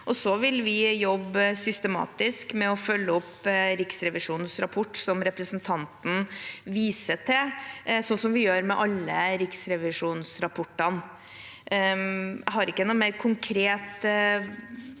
så vil vi jobbe systematisk med å følge opp Riksrevisjonens rapport, som representanten viser til, slik vi gjør med alle Riksrevisjonens rapporter. Jeg har ikke en mer konkret